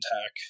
Attack